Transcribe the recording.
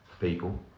people